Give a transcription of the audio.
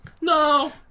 No